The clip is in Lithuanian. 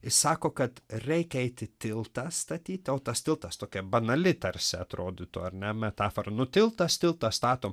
sako kad reikia eiti tiltą statyti o tas tiltas tokia banali tarsi atrodytų ar ne metafora nu tiltas tiltą statom